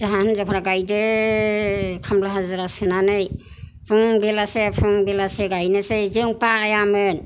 जाहा हिनजावफोरा गायदो खामला हाजिरा सोनानै फुं बेलासे फुं बेलासे गायनोसै जों बायामोन